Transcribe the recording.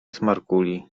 smarkuli